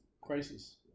crisis